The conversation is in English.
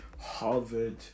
Harvard